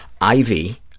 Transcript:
Ivy